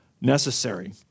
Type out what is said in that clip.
necessary